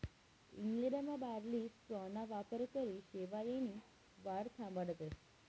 इंग्लंडमा बार्ली स्ट्राॅना वापरकरी शेवायनी वाढ थांबाडतस